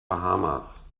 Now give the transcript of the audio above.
bahamas